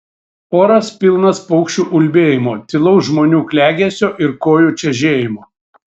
oras pilnas paukščių ulbėjimo tylaus žmonių klegesio ir kojų čežėjimo